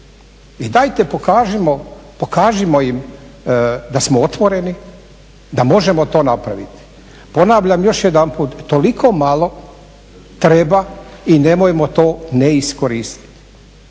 pokažimo, pokažimo im da smo otvoreni, da možemo to napraviti. Ponavljam još jedanput, toliko malo treba i nemojmo to ne iskoristiti,